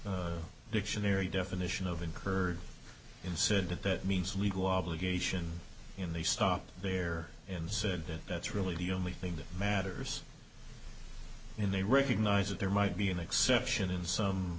law dictionary definition of incurred and said that that means we go obligation when they stop there and say that that's really the only thing that matters and they recognize that there might be an exception in some